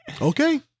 Okay